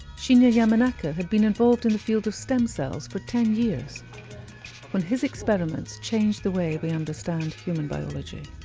shinya yamanaka had been involved in the field of stem cells for ten years when his experiments changed the way we understand human biology.